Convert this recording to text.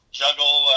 juggle